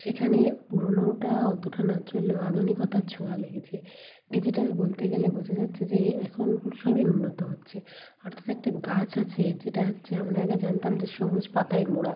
সেখানে পুরোনোটা অতোটা না চললেও আধুনিকতার ছোঁয়া লেগেছে ডিজিটাল বলতে গেলে বোঝা যাচ্ছে যে এখন সবই উন্নত হচ্ছে অর্থাৎ একটা গাছ আছে যেটা হচ্ছে আমরা আগে জানতাম যে সবুজ পাতায় মোড়া